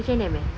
H&M eh